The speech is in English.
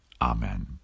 Amen